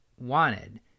wanted